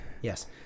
Yes